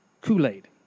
Kool-Aid